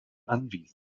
anwesend